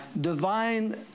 divine